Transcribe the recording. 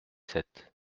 sept